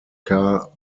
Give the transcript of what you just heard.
car